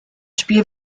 spiel